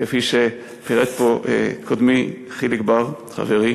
כפי שפירט פה קודמי חיליק בר חברי,